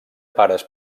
pares